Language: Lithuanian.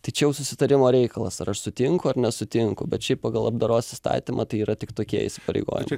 tai čia jau susitarimo reikalas ar aš sutinku ar nesutinku bet šiaip pagal labdaros įstatymą tai yra tik tokie įsipareigojimai